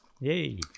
yay